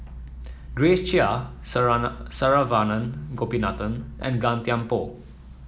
Grace Chia Saravanan Gopinathan and Gan Thiam Poh